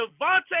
Devontae